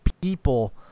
people